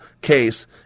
case